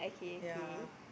ya